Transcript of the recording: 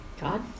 God